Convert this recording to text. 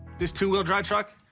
this two-wheel drive truck,